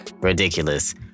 ridiculous